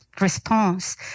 response